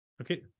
okay